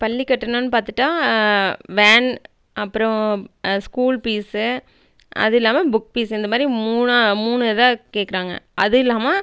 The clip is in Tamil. பள்ளி கட்டணம்னு பார்த்துட்டா வேன் அப்புறோம் ஸ்கூல் ஃபீஸு அது இல்லாமல் புக் ஃபீஸு இந்த மாரி மூணா மூணு இதாக கேட்குறாங்க அது இல்லாமல்